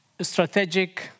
strategic